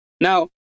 Now